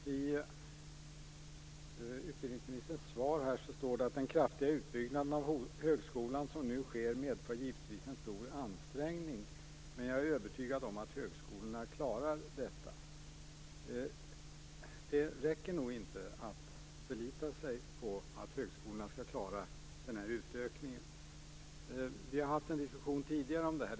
Fru talman! I utbildningsministerns svar står det: "Den kraftiga utbyggnaden av högskolan som nu sker medför givetvis en stor ansträngning, men jag är övertygad om att högskolorna kommer att klara av detta." Det räcker nog inte att förlita sig på att högskolorna skall klara den här utökningen. Vi har haft en diskussion tidigare om detta.